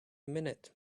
minute